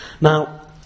Now